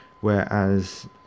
whereas